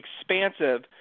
expansive